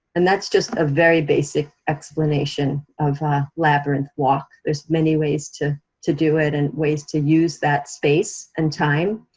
and that's just a very basic explanation of a labyrinth walk, there's many ways to to do it, and ways to use that space and time.